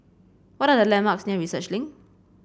what are the landmarks near Research Link